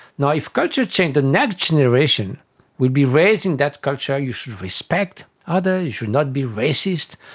now, if culture changed, the next generation will be raised in that culture, you should respect others, you should not be racist,